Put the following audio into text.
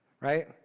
right